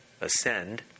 ascend